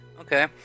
Okay